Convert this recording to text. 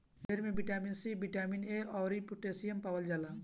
बेर में vitamin C, vitamin A अउरी पोटैशियम पावल जाला